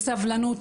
בסבלנות,